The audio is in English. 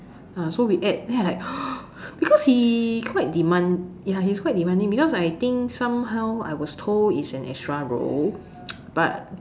uh so we add then I like because he quite demand ya he is quite demanding because I think somehow I was told is an extra role but